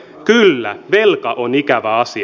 kyllä velka on ikävä asia